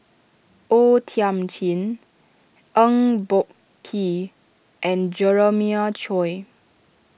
O Thiam Chin Eng Boh Kee and Jeremiah Choy